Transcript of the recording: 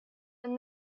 and